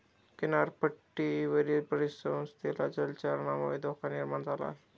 किनारपट्टीवरील परिसंस्थेला जलचरांमुळे धोका निर्माण झाला आहे